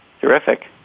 Terrific